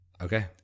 Okay